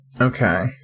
Okay